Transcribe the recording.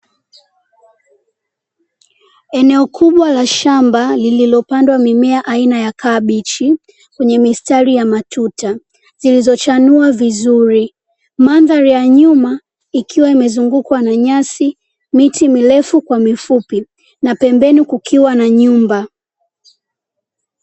Eneo kubwa la shamba lililopandwa mimea aina ya kabichi, kwenye mistari ya matuta zilizochanua vizuri, mandhari ya nyuma ikiwa imezungukwa na nyasi, miti mirefu kwa mifupi na pembeni kukiwa na nyumba.